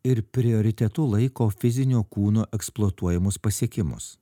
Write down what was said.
ir prioritetu laiko fizinio kūno eksploatuojamus pasiekimus